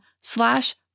slash